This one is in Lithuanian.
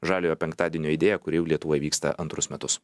žaliojo penktadienio idėją kuri jau lietuvoj vyksta antrus metus